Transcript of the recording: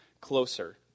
closer